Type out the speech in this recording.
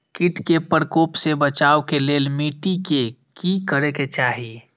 किट के प्रकोप से बचाव के लेल मिटी के कि करे के चाही?